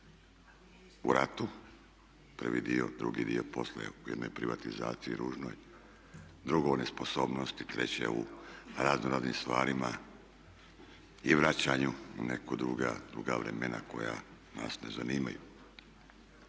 u ratu prvi dio, drugi dio, poslije u jednoj privatizaciji ružnoj, drugo u nesposobnosti, treće u razno raznim stvarima i vraćanju u neka druga vremena koja nas ne zanimaju.